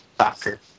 soccer